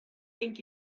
think